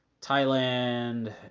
Thailand